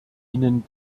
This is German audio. ihnen